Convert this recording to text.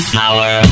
power